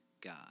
God